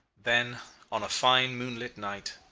then on a fine moonlight night,